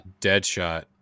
Deadshot